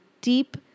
deep